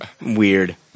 Weird